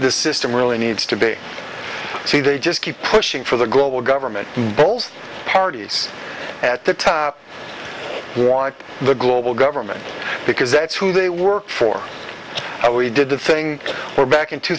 the system really needs to be seen they just keep pushing for the global government goals parties at the top why the global government because that's who they work for we did a thing for back in two